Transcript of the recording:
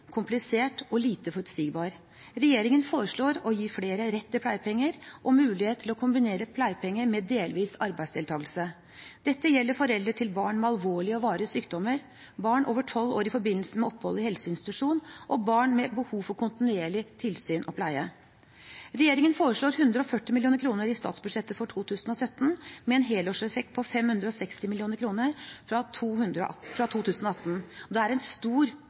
komplisert og lite forutsigbar. Regjeringen foreslår å gi flere rett til pleiepenger og mulighet til å kombinere pleiepenger med delvis arbeidsdeltakelse. Dette gjelder foreldre til barn med alvorlige og varige sykdommer, barn over 12 år i forbindelse med opphold i helseinstitusjon og barn med behov for kontinuerlig tilsyn og pleie. Regjeringen foreslår 140 mill. kr i statsbudsjettet for 2017, med en helårseffekt på 560 mill. kr, fra 2018. Det er en stor styrking. Utvidelsen av målgruppen innebærer nesten en